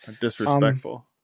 Disrespectful